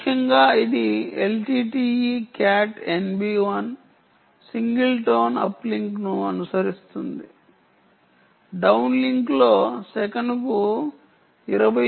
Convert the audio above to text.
ముఖ్యంగా ఇది LTE cat NB 1 single tone అప్లింక్ను అనుసరిస్తుంది డౌన్లింక్లో సెకనుకు 27